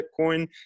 bitcoin